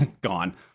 gone